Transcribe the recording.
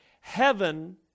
heaven